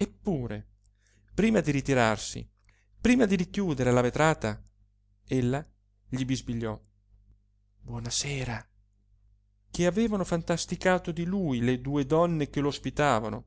eppure prima di ritirarsi prima di richiudete la vetrata ella gli bisbigliò buona sera che avevano fantasticato di lui le due donne che lo ospitavano